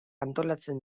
antolatzen